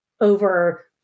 over